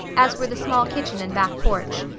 as were the small kitchen and back porch.